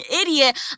idiot